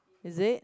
is it